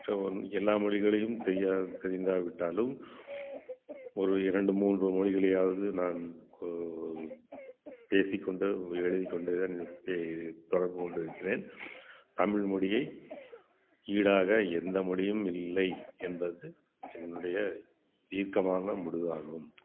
so one எல்லா மொழிகளிலும் தெரியா தெரிந்தாவிட்டாலும் ஒரு இரண்டு மூன்று மொழிகளையாவது நான் பேசிக்கொண்டு எழுதிக் கொண்டுதான் இருப்பேன் தொடர்புக் கொண்டு இருக்கிறேன் தமிழ் மொழியை ஈடாக எந்த மொழியும் இல்லை என்பது என்னுடையத் தீர்க்கமான முடிவாகும்